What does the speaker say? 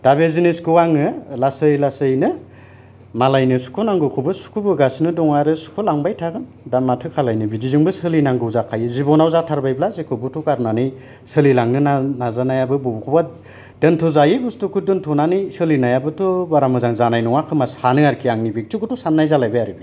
दा बे जिनिसखौ आङो लासै लासैनो मालायनो सुख'नांगौखौबो सुख'बोगासिनो दं आरो सुख'लांबाय थागोन दा माथो खालामनो बिदिजोंबो सोलिनांगौ जाखायो जिबनाव जाथारबायब्ला जेखौबोथ' गारनानै सोलिलांनो नाजानायाबो बबेखौबा दोनथ' जायै बुस्तुखौ दोनथ'नानै सोलिनायाबोथ' बारा मोजां जानाय नङा खोमा सानो आरोखि आंनि बेक्तिगथ' सानाय जालायबाय आरो बियो